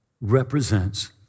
represents